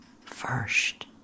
first